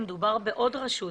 מדובר בעוד רשות,